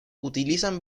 utilizan